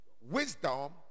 wisdom